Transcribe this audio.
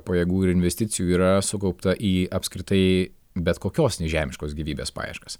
pajėgų ir investicijų yra sukaupta į apskritai bet kokios nežemiškos gyvybės paieškas